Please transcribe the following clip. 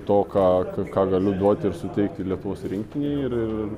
to ką ką galiu duoti ir suteikti lietuvos rinktinei ir